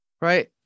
right